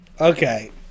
Okay